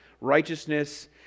righteousness